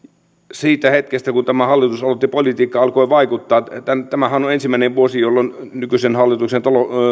siitä hetkestä kun tämä hallitus on ollut ja politiikka alkoi vaikuttaa tämähän on on ensimmäinen vuosi jolloin nykyisen hallituksen